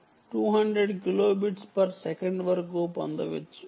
5 kilo bits నుండి 200 kilo bits per second వరకు పొందవచ్చు